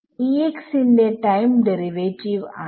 ഇത് ന്റെ time derivative ആണ്